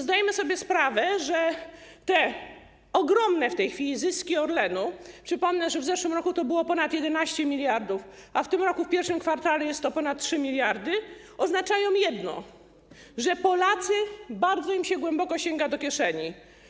Zdajemy sobie sprawę, że te ogromne w tej chwili zyski Orlenu - przypomnę, że w zeszłym roku to było ponad 11 mld, a w tym roku w I kwartale jest to ponad 3 mld - oznaczają jedno, to, że Polakom bardzo głęboko sięga się do kieszeni.